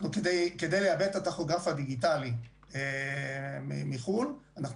כדי לייבא את הטכוגרף הדיגיטלי מחו"ל אנחנו